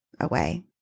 away